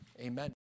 amen